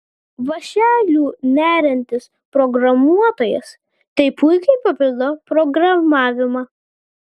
vąšeliu neriantis programuotojas tai puikiai papildo programavimą